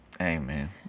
Amen